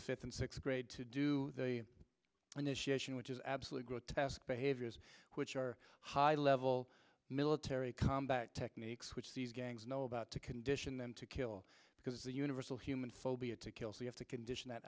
fifth and sixth grade to do they initiate in which is absolute grotesque behaviors which are high level military combat techniques which these gangs know about to condition them to kill because the universal human phobia to kills we have to condition that